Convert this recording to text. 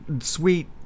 sweet